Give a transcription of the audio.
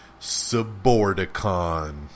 Subordicon